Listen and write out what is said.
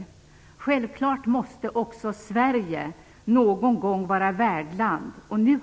Självfallet måste också Sverige någon gång vara värdland.